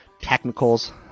Technicals